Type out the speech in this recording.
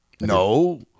No